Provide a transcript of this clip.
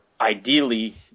ideally